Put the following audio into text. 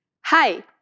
Hi